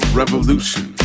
revolution